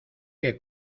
que